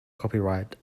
copyright